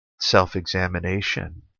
self-examination